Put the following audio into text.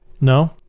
No